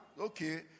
Okay